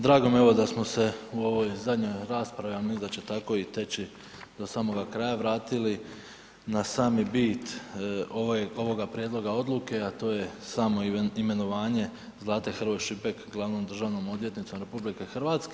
Drago mi je evo da smo se u ovoj zadnjoj raspravi a mislim da će tako i teći do samoga kraja, vratili na sami bit ovoga prijedloga odluke a to je samo imenovanje Zlate Hrvoj Šipek glavnom državnom odvjetnicom RH.